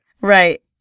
Right